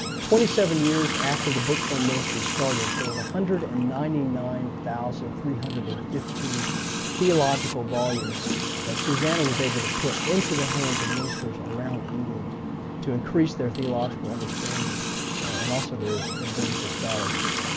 twenty seven years after the book fund ministry started, there were one hundred and ninety nine thousand three hundred and fifteen theological volumes that susannah was able to put into the hands of ministers around england to increase their theological understanding and also their their biblical scholarship.